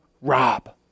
Rob